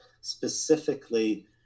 specifically